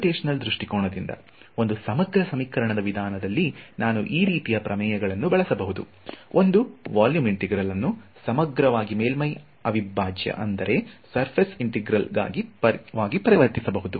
computational ದೃಷ್ಟಿಕೋನದಿಂದ ಒಂದು ಸಮಗ್ರ ಸಮೀಕರಣ ವಿಧಾನದಲ್ಲಿ ನಾನು ಈ ರೀತಿಯ ಪ್ರಮೇಯಗಳನ್ನು ಬಳಸಬಹುದು ಒಂದು ವೊಲ್ಯೂಮ್ ಇಂಟೆಗ್ರಲ್ ಅನ್ನು ಸಮಗ್ರವಾಗಿ ಮೇಲ್ಮೈ ಅವಿಭಾಜ್ಯ ಸರ್ಫೆಸ್ ಇಂಟೆಗ್ರಲ್ ವಾಗಿ ಪರಿವರ್ತಿಸಬಹುದು